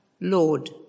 Lord